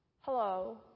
hello